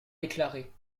déclarée